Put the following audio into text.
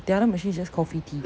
the other machine is just coffee tea